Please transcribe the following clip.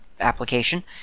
application